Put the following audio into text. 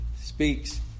speaks